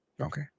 Okay